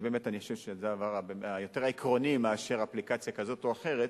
שאני חושב שזה באמת הדבר היותר עקרוני מאשר אפליקציה כזאת או אחרת.